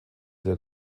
der